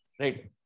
right